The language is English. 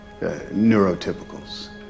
Neurotypicals